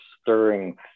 stirring